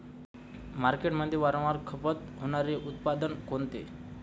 मार्केटमध्ये वारंवार खपत होणारे उत्पादन कोणते?